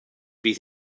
bydd